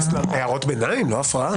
הערות ביניים, לא הפרעה.